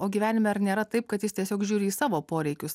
o gyvenime ar nėra taip kad jis tiesiog žiūri į savo poreikius